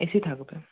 AC থাকবে